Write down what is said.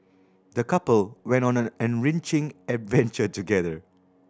the couple went on an enriching adventure together